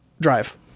drive